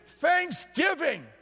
thanksgiving